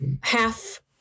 half